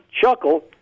chuckle